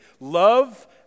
Love